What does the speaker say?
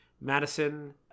Madison